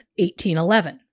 1811